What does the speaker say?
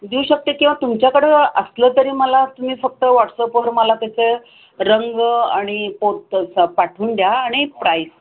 देऊ शकते किंवा तुमच्याकडं असलं तरी मला तुम्ही फक्त व्हॉट्सअपवर मला त्याचं रंग आणि पोठो तसा पाठवून द्या आणि प्राईस